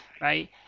right